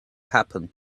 happen